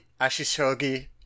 Ashishogi